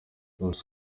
bose